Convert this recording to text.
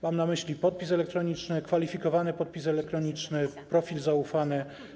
Mam na myśli podpis elektroniczny, kwalifikowany podpis elektroniczny, profil zaufany.